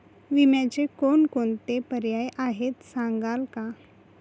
विम्याचे कोणकोणते पर्याय आहेत सांगाल का?